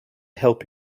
help